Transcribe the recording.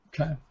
Okay